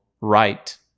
right